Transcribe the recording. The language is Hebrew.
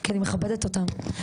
כי אני מכבדת אותם.